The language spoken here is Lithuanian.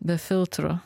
be filtrų